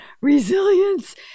resilience